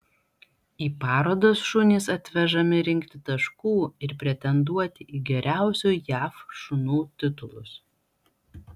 į parodas šunys atvežami rinkti taškų ir pretenduoti į geriausių jav šunų titulus